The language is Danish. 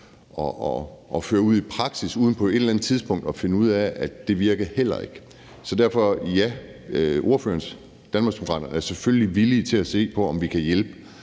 at føre ud i praksis uden på et eller andet tidspunkt at finde ud af, at det heller ikke virker. Så derfor ja – Danmarksdemokraterne er selvfølgelig villige til at se på, om vi kan hjælpe